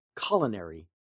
culinary